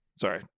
sorry